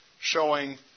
showing